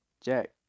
Jack